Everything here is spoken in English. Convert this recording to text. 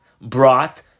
brought